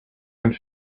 and